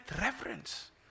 reverence